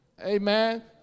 Amen